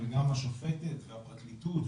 גם השופטת והפרקליטות,